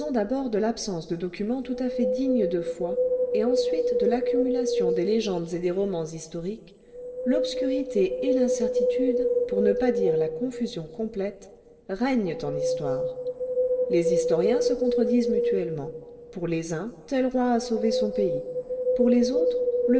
d'abord de l'absence de documents tout à fait dignes de foi et ensuite de l'accumulation des légendes et des romans historiques l'obscurité et l'incertitude pour ne pas dire la confusion complète régnent en histoire les historiens se contredisent mutuellement pour les uns tel roi a sauvé son pays pour les autres le